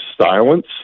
silence